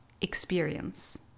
experience